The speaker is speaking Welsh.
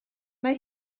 mae